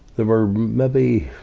there were maybe